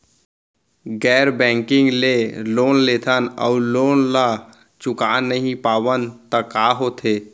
गैर बैंकिंग ले लोन लेथन अऊ लोन ल चुका नहीं पावन त का होथे?